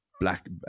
black